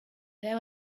there